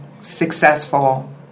successful